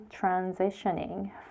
transitioning